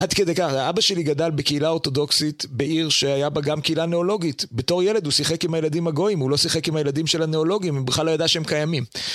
עד כדי כך, אבא שלי גדל בקהילה אורתודוקסית בעיר שהיה בה גם קהילה ניאולוגית, בתור ילד, הוא שיחק עם הילדים הגויים, הוא לא שיחק עם הילדים של הניאולוגים, הוא בכלל לא ידע שהם קיימים.